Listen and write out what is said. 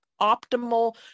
optimal